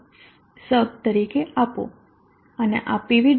sub તરીકે આપો અને આ pv